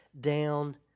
down